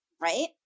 right